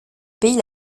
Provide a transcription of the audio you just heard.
pays